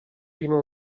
prima